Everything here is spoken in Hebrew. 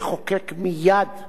את חוק-יסוד: החקיקה.